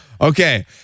Okay